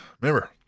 remember